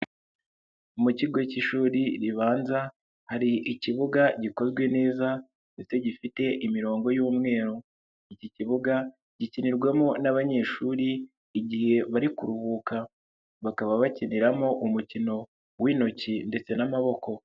Mu kigo k'ishuri ribanza hari ikibuga gikozwe neza ndetse gifite imirongo y'umweru. Iki kibuga gikinirwamo n'abanyeshuri igihe bari kuruhuka, bakaba bakiniramo umukino w'intoki ndetse n'amaboko.